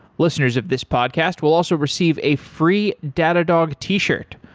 listeners of this podcast will also receive a free datadog t-shirt.